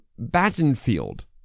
Battenfield